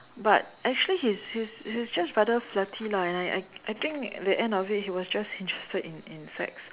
but actually he's he's he's just rather flirty lah and I I I think at the end of it he was just interested in in sex